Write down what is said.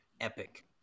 Epic